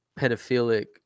pedophilic